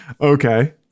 Okay